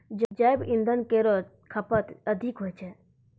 जैव इंधन केरो खपत अधिक होय छै